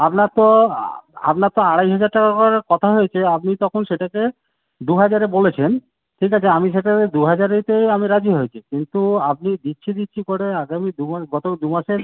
আপনার তো আপনার তো আড়াই হাজার টাকা করে কথা হয়েছে আপনি তখন সেটাকে দু হাজারে বলেছেন ঠিক আছে আমি সেটা দু হাজারেতেও আমি রাজি হয়েছি কিন্তু আপনি দিচ্ছি দিচ্ছি করে আগামী দু মাস গত দু মাসের